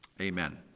Amen